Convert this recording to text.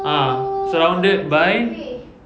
ah surrounded by